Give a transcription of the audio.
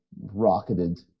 rocketed